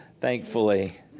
thankfully